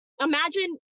imagine